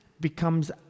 becomes